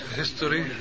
history